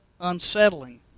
unsettling